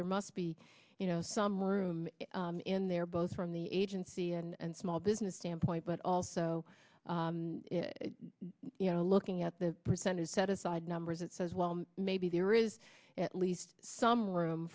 there must be you know some room in there both from the agency and small business standpoint but also you know looking at the present and set aside numbers it says well maybe there is at least some room